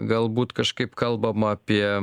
galbūt kažkaip kalbama apie